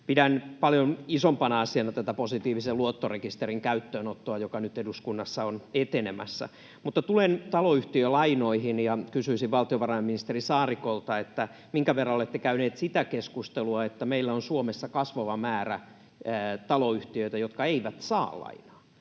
Pidän paljon isompana asiana positiivisen luottorekisterin käyttöönottoa, joka nyt eduskunnassa on etenemässä. Tulen taloyhtiölainoihin, ja kysyisin valtiovarainministeri Saarikolta: Minkä verran olette käyneet sitä keskustelua, että meillä on Suomessa kasvava määrä taloyhtiöitä, jotka eivät saa lainaa?